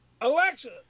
Alexa